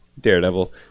Daredevil